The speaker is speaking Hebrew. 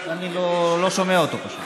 אני לא שומע אותו, פשוט.